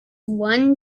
one